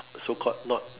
so called not